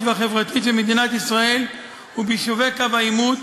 והחברתית של מדינת ישראל וביישובי קו העימות,